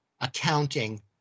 accounting